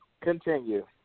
Continue